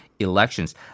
Elections